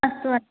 अस्तु